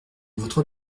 votre